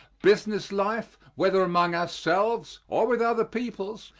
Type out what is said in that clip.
business life, whether among ourselves, or with other peoples,